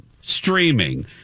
Streaming